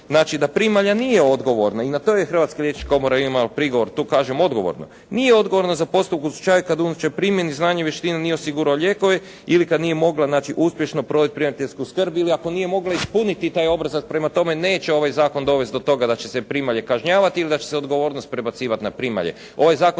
znači da primalja nije odgovorna i na to je Hrvatska liječnička komora imala prigovor. Tu kažem odgovorno, nije odgovorno za postupke u slučaju kad unatoč primjeni znanja i vještina nije osigurao lijekove ili kad nije mogla znači uspješno provest primateljsku skrb ili ako nije mogla ispuniti taj obrazac. Prema tome, neće ovaj zakon dovest do toga da će se primalje kažnjavati ili da će se odgovornost prebacivat na primalje.